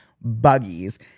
buggies